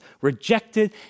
rejected